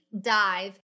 dive